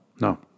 no